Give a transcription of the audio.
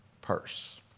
purse